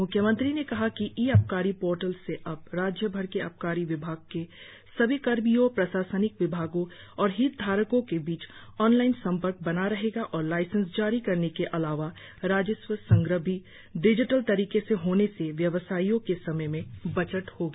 म्ख्यमंत्री ने कहा कि ई आबकारी पोर्टल से अब राज्यभर के आबकारी विभाग के सभी कर्मियो प्रशासनिक विभागो और हितधारको के बीच ऑनलाईन संपर्क बना रहेगा और लाइसेंस जारी करने के अलावा राजस्व संग्रह भी डिजिटल तरीके से होने से व्यवसायियों के समय में बचत होगी